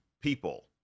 people